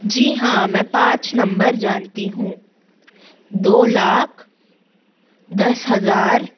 जी हाँ मैं पाँच नंबर जानती हूँ दो लाख दस हज़ार